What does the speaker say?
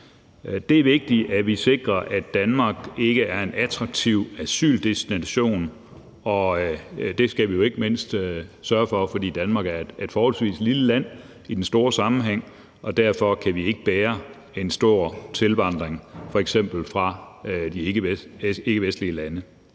Det er vigtigt, at vi sikrer, at Danmark ikke er en attraktiv asyldestination, og det skal vi jo sørge for, ikke mindst fordi Danmark er et lille land i den store sammenhæng, og derfor kan vi ikke bære en stor tilstrømning, f.eks. fra de ikkevestlige lande.